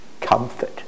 comfort